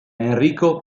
enrico